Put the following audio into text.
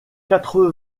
quatre